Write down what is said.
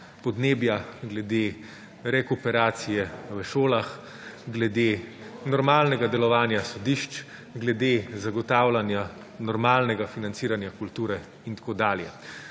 podnebja, glede rekuperacije v šolah, glede normalnega delovanja sodišč, glede zagotavljanja normalnega financiranja kulture in tako dalje.